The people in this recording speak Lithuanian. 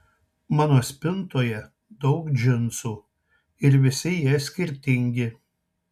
mano spintoje daug džinsų ir visi jie skirtingi